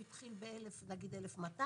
הוא התחיל נגיד ב-1,200,